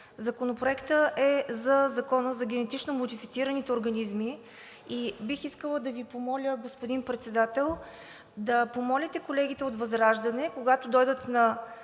Законопроектът е за Закона за генетично модифицираните организми. Бих искала да Ви помоля, господин Председател, да помолите колегите от ВЪЗРАЖДАНЕ, когато дойдат на